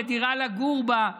לדירה לגור בה.